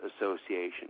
Association